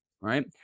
right